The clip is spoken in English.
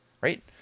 right